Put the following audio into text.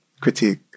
critique